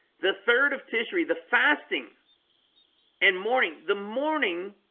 the third of tishri the fasting and morning the morning